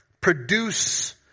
produce